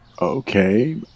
Okay